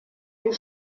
des